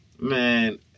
Man